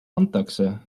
antakse